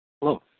Hello